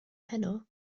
heno